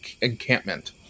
encampment